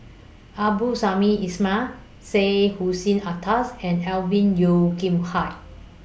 Abdul Samad Ismail Syed Hussein Alatas and Alvin Yeo Khirn Hai